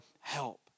help